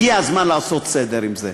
שהגיע הזמן לעשות סדר בעניין הזה.